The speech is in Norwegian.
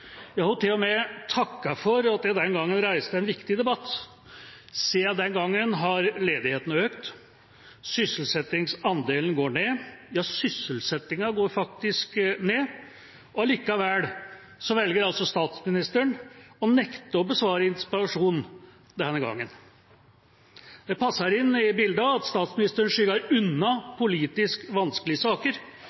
jeg den gangen reiste en viktig debatt. Siden den gangen har ledigheten økt, sysselsettingsandelen går ned, ja sysselsettingen går faktisk ned. Allikevel velger altså statsministeren å nekte å besvare interpellasjonen denne gangen. Det passer inn i bildet av at statsministeren skyver unna politisk vanskelige saker